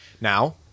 Now